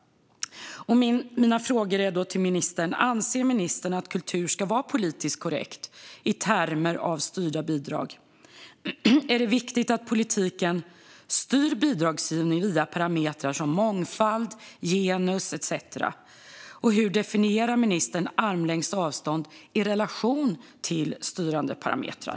Anser ministern att kultur ska vara politiskt korrekt i termer av styrda bidrag? Är det viktigt att politiken styr bidragsgivning via parametrar som mångfald, genus etcetera? Och hur definierar ministern armlängds avstånd i relation till styrande parametrar?